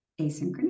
asynchronous